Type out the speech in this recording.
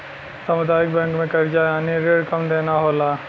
सामुदायिक बैंक में करजा यानि की रिण कम देना होला